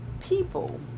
people